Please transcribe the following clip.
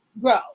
grow